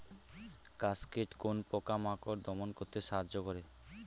Cascade কোন পোকা মাকড় দমন করতে সাহায্য করে?